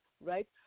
right